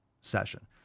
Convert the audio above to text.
session